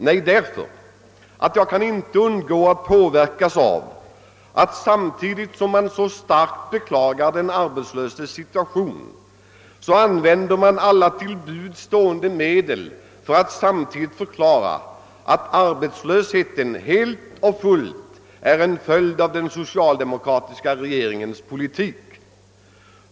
Nej, därför att jag inte kan undgå att påverkas av att man, samtidigt som man starkt beklagar de arbetslösas situation, använder alla till buds stående medel för att övertyga om att arbetslösheten helt och hållet är en följd av den socialdemokratiska regeringens politik.